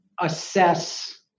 assess